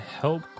help